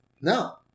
no